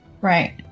Right